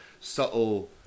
subtle